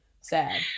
SAD